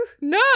No